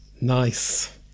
Nice